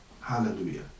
hallelujah